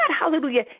hallelujah